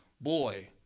boy